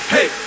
Hey